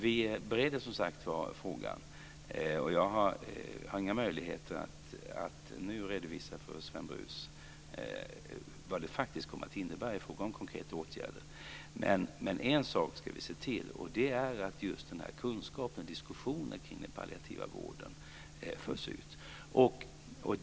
Vi bereder som sagt frågan, och jag har inga möjligheter att nu redovisa för Sven Brus vad det faktiskt kommer att innebära i fråga om konkreta åtgärder, men en sak ska vi se till, och det är att just den här kunskapen och diskussionen kring den palliativa vården förs ut.